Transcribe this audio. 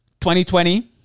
2020